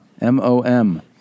M-O-M